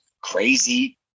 crazy